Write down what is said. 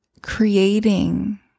Creating